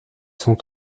sont